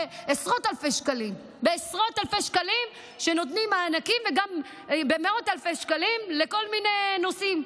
נותנים מענקים בעשרות אלפי שקלים וגם במאות אלפי שקלים בכל מיני נושאים.